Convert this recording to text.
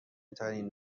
ترین